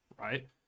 right